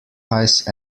ice